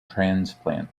transplant